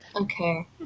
okay